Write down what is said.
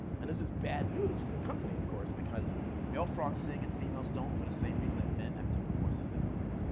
and this is bad news for the company, of course, because male frogs sing, and females don't, for the same reason that men have deeper voices than women.